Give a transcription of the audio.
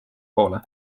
poole